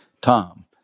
Tom